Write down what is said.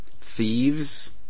thieves